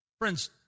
Friends